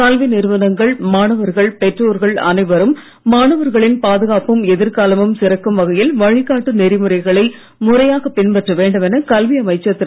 கல்வி நிறுவனங்கள் மாணவர்கள் பெற்றோர்கள் அனைவரும் மாணவர்களின் பாதுகாப்பும் எதிர்காலமும் சிறக்கும் வகையில் வழிகாட்டு நெறிமுறைகளை முறையாகப் பின்பற்ற வேண்டுமென கல்வி அமைச்சர் திரு